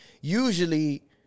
usually